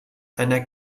einer